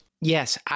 Yes